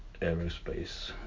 aerospace